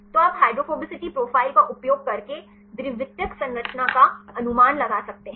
तो आप hydrophobicity profile का उपयोग करके द्वितीयक संरचना का अनुमान लगा सकते हैं